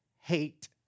hate